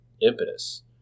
impetus